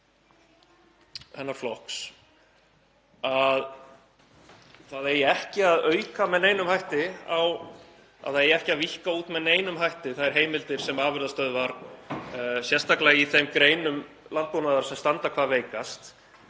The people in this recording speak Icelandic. hennar flokks, að það eigi ekki að auka með neinum hætti, að það eigi ekki að víkka út með neinum hætti þær heimildir sem afurðastöðvar, sérstaklega í þeim greinum landbúnaðar sem standa hvað veikast,